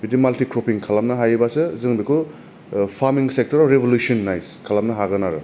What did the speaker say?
बिदि माल्टिक्रपिंक खालामनो हायोबासो जों बेखौ फार्म सेकटराव रेगुलेसन होननाय खालामनो हागोन आरो